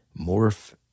morph